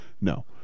no